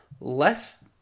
less